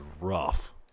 rough